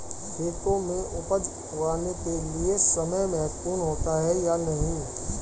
खेतों में उपज उगाने के लिये समय महत्वपूर्ण होता है या नहीं?